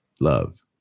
love